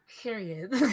Period